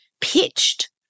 pitched